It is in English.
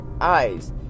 eyes